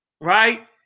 right